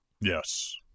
Yes